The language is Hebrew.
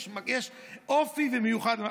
יש אופי וייחוד.